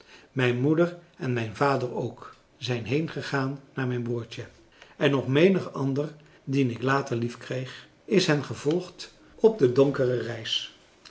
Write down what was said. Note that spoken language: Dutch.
mijn moeder en mijn vader ook zijn heengegaan naar mijn broertje en nog menig ander dien ik later liefkreeg is hen gevolgd op de donkere reis